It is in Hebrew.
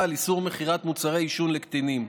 של איסור מכירת מוצרי עישון לקטינים.